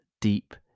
Deep